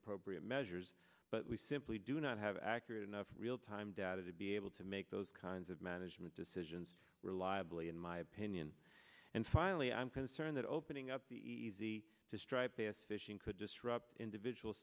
appropriate measures but we simply do not have accurate enough real time data to be able to make those kinds of management decisions reliably in my opinion and finally i'm concerned that opening up the easy to striped bass fishing could disrupt individual